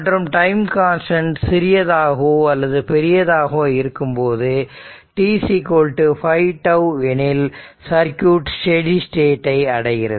மற்றும் time constant சிறியதாகவோ அல்லது பெரியதாகவோ இருக்கும்போது t 5τ எனில் சர்க்யூட் ஸ்டெடி ஸ்டேட் டை அடைகிறது